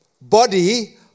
body